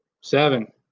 Seven